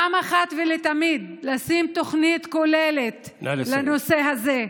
אחת ולתמיד, לשים תוכנית כוללת לנושא הזה.